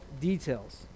details